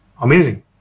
amazing